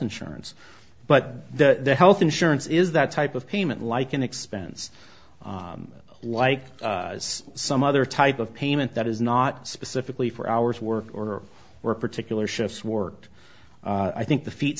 insurance but the health insurance is that type of payment like an expense like some other type of payment that is not specifically for hours worked or were particular shifts worked i think the feet